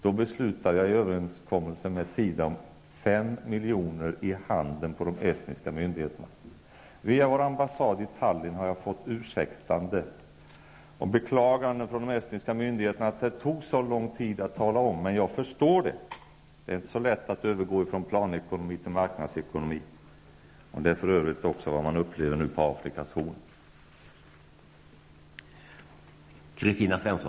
Då beslutade jag i överenskommelse med SIDA om 5 miljoner i handen till de estniska myndigheterna. Via vår ambassad i Tallinn har jag fått ursäkter och beklaganden från de estniska myndigheterna för att det tog så lång tid att ge besked. Jag förstår det. Det är inte så lätt att övergå från planekonomi till marknadsekonomi. Det är för övrigt vad man upplever nu också på Afrikas Horn.